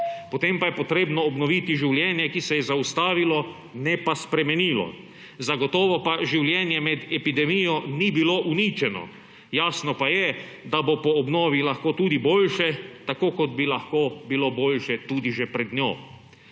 Potem pa je potrebno obnoviti življenje, ki se je zaustavilo, ne pa spremenilo. Zagotovo pa življenje med epidemijo ni bilo uničeno. Jasno je, da bo po obnovi lahko tudi boljše, tako kot bi lahko bilo boljše tudi že pred njo.